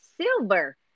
silver